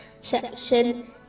section